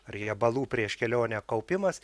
riebalų prieš kelionę kaupimas